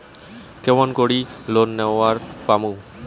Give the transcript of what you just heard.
কেমন করি লোন নেওয়ার পামু?